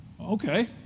Okay